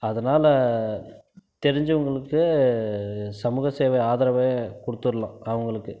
அதனால் தெரிஞ்சவர்களுக்கு சமூக சேவை ஆதரவை கொடுத்துருலாம் அவர்களுக்கு